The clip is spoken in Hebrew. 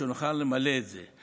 שנוכל למלא את זה.